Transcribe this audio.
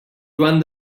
joan